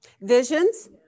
Visions